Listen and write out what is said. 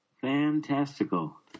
Fantastical